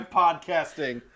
podcasting